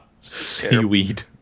Seaweed